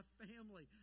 family